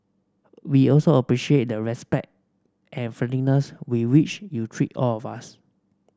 we also appreciate the respect and friendliness with which you treat all of us